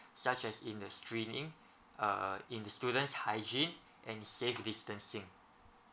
such as in the screening uh in the students hygiene and safe distancing